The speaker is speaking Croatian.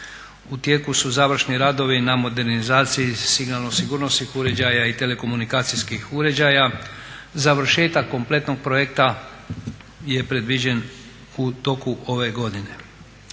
U tijeku su završni radovi na modernizaciji signalno sigurnosnih uređaja i telekomunikacijskih uređaja. Završetak kompletnog projekta je predviđen u toku ove godine.